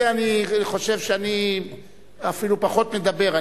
בעניין זה אני חושב שאני אפילו פחות מדבר,